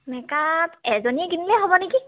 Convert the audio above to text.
makeup এজনীয়ে কিনিলে হ'ব নেকি